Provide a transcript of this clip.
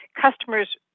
Customers